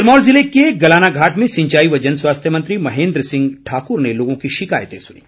सिरमौर जिले के गलानाघाट में सिंचाई व जनस्वास्थ्य मंत्री महेंन्द्र सिंह ठाकुर ने लोगों की शिकायतें सुनीं